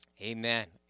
Amen